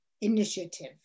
initiative